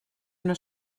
una